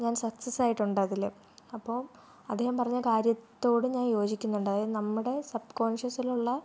ഞാൻ സക്സസായിട്ടുണ്ട് അതിൽ അപ്പോൾ അദ്ദേഹം പറഞ്ഞ കാര്യത്തോട് ഞാൻ യോജിക്കുന്നുണ്ട് അതായത് നമ്മുടെ സബ്കോൺഷ്യസിലുള്ള